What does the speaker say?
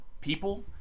people